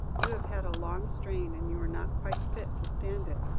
you have had a long strain, and you were not quite fit to stand it.